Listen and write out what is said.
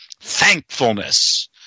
thankfulness